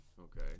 Okay